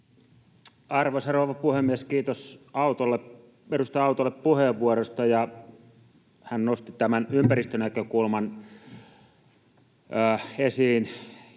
Arvoisa rouva puhemies! Kiitos edustaja Autolle puheenvuorosta. Hän nosti tämän ympäristönäkökulman esiin.